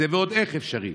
זה ועוד איך אפשרי.